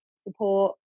support